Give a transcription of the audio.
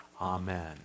Amen